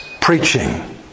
preaching